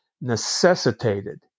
necessitated